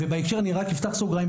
ובהקשר זה רק אפתח סוגריים,